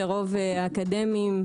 הרוב אקדמאים,